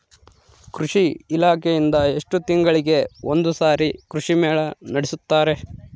ಕೃಷಿ ಇಲಾಖೆಯಿಂದ ಎಷ್ಟು ತಿಂಗಳಿಗೆ ಒಂದುಸಾರಿ ಕೃಷಿ ಮೇಳ ನಡೆಸುತ್ತಾರೆ?